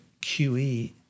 QE